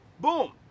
Boom